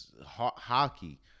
hockey